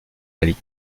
ali